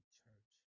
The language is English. church